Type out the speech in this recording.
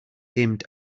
dimmed